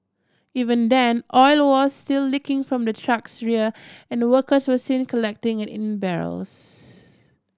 even then oil was still leaking from the truck's rear and workers were seen collecting it in barrels